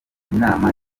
inama